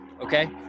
Okay